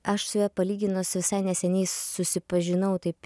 aš su juo palyginus visai neseniai susipažinau taip